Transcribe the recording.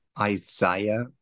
isaiah